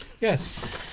Yes